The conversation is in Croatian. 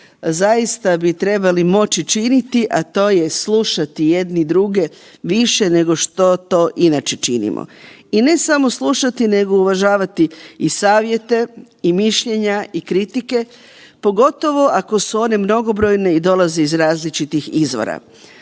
zaista bi trebali moći činiti, a to je slušati jedni druge više nego što to inače činimo. I ne samo slušati nego uvažavati i savjete i mišljenja i kritike, pogotovo ako su one mnogobrojne i dolaze iz različitih izvora.